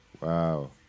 Wow